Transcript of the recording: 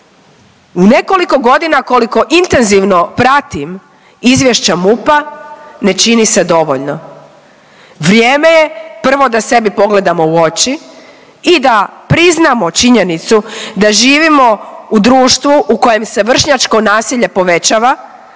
U nekoliko godina koliko intenzivno pratim izvješća MUP-a ne čini se dovoljno. Vrijeme je prvo da sebi pogledamo u oči i da priznamo činjenicu da živimo u društvu u kojem se vršnjačko nasilje povećava